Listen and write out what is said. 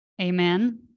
Amen